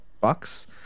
bucks